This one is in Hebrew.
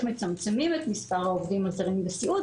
מצמצמים את מספר העובדים הזרים בסיעוד,